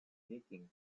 knitting